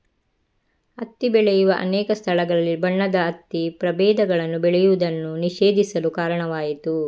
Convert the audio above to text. ಹತ್ತಿ ಬೆಳೆಯುವ ಅನೇಕ ಸ್ಥಳಗಳಲ್ಲಿ ಬಣ್ಣದ ಹತ್ತಿ ಪ್ರಭೇದಗಳನ್ನು ಬೆಳೆಯುವುದನ್ನು ನಿಷೇಧಿಸಲು ಕಾರಣವಾಯಿತು